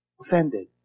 offended